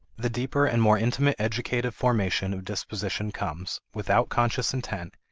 the deeper and more intimate educative formation of disposition comes, without conscious intent,